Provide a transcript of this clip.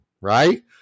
right